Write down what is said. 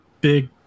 big